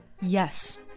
Yes